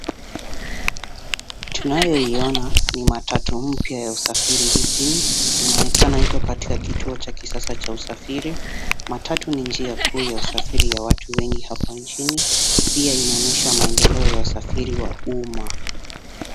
Tunayoiona ni matatu mpya ya usafiri jijini. Inaonekana iko katika kituo cha kisasa cha usafiri. Matatu ni njia kuu ya usafiri ya watu wengi hapa nchini. Pia inaonyesha maendeleo ya usafiri wa umma.